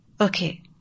Okay